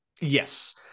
yes